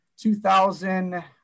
2000